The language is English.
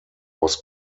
was